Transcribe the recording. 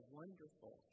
wonderful